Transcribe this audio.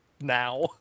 now